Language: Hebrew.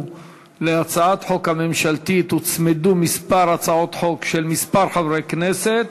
להצעת החוק הממשלתית הוצמדו כמה הצעות חוק של כמה חברי כנסת.